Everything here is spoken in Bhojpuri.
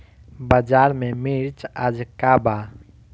बाजार में मिर्च आज का बा?